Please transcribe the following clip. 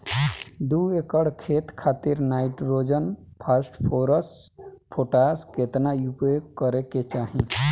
दू एकड़ खेत खातिर नाइट्रोजन फास्फोरस पोटाश केतना उपयोग करे के चाहीं?